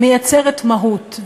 מייצרת מהות.